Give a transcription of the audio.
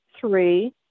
three